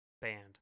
band